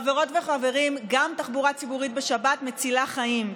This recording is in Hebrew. חברות וחברים, גם תחבורה ציבורית בשבת מצילה חיים.